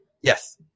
Yes